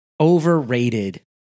overrated